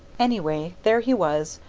anyway, there he was,